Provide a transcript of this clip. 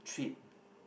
trip